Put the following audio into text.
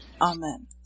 Amen